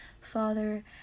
father